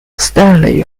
stanley